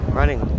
Running